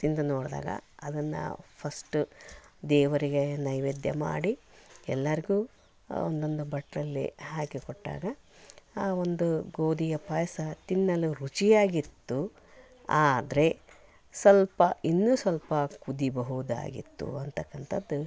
ತಿಂದು ನೋಡಿದಾಗ ಅದನ್ನು ಫಸ್ಟ್ ದೇವರಿಗೆ ನೈವೇದ್ಯ ಮಾಡಿ ಎಲ್ಲರ್ಗೂ ಒಂದೊಂದು ಬಟ್ಟಲಲ್ಲಿ ಹಾಕಿಕೊಟ್ಟಾಗ ಆ ಒಂದು ಗೋಧಿಯ ಪಾಯಸ ತಿನ್ನಲು ರುಚಿಯಾಗಿತ್ತು ಆದರೆ ಸ್ವಲ್ಪ ಇನ್ನೂ ಸ್ವಲ್ಪ ಕುದಿಯಬಹುದಾಗಿತ್ತು ಅಂತಕ್ಕಂಥದ್ದು